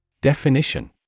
Definition